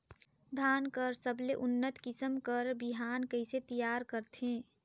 धान कर सबले उन्नत किसम कर बिहान कइसे तियार करथे?